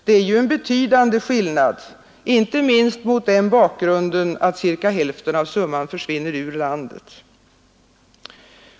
Det är ju en betydande skillnad, inte minst mot den bakgrunden att cirka hälften av summan försvinner ur landet.